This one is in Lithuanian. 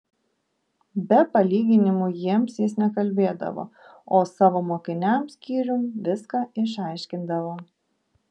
be palyginimų jiems jis nekalbėdavo o savo mokiniams skyrium viską išaiškindavo